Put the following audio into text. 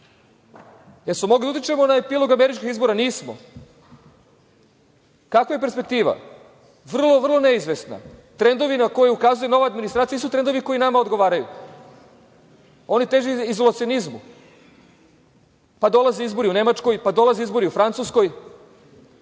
smo mogli da utičemo na epilog američkih izbora? Nismo. Kakva je perspektiva? Vrlo, vrlo neizvesna. Trendovi na ukazuje nova administracija su trendovi koji nama odgovaraju, oni teže izolacionalizmu. Pa, dolaze izbori u Nemačkoj, dolaze izbori u Francuskoj,